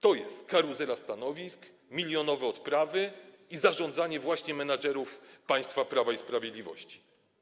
To jest karuzela stanowisk, milionowe odprawy i zarządzanie menedżerów państwa Prawa i Sprawiedliwości.